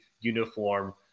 uniform